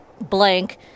blank